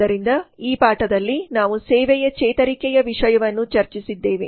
ಆದ್ದರಿಂದ ಈ ಪಾಠದಲ್ಲಿ ನಾವು ಸೇವೆಯ ಚೇತರಿಕೆಯ ವಿಷಯವನ್ನು ಚರ್ಚಿಸಿದ್ದೇವೆ